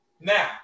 Now